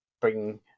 bring